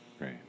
Right